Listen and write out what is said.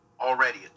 Already